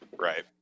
Right